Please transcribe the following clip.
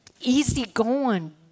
easygoing